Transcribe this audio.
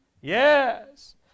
Yes